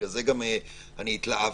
ולכן התלהבתי,